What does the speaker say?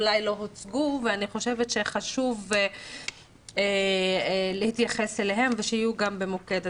אולי לא הוצגו ואני חושבת שחשוב להתייחס אליהם ושיהיו גם במוקד.